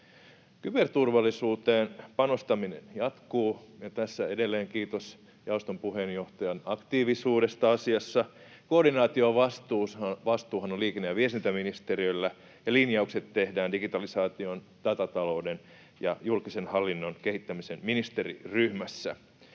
Kyberturvallisuuteen panostaminen jatkuu, ja tässä edelleen kiitos jaoston puheenjohtajan aktiivisuudesta asiassa. Koordinaatiovastuuhan on liikenne‑ ja viestintäministeriöllä, ja linjaukset tehdään digitalisaation, datatalouden ja julkisen hallinnon kehittämisen ministeriryhmässä.